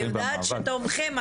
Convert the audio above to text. אני יודעת שתמוכים,